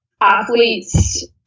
athletes